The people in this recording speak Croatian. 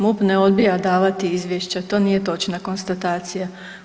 MUP ne odbija davati izvješća, to nije točna konstatacija.